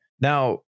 now